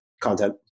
content